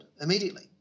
immediately